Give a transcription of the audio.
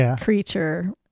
creature